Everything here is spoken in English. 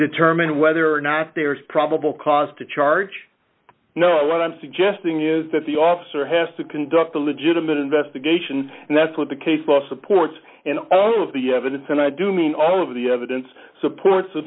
determine whether or not there is probable cause to charge you know what i'm suggesting is that the officer has to conduct a legitimate investigation and that's what the case law supports and all of the evidence and i do mean all of the evidence s